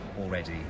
already